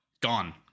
gone